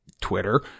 Twitter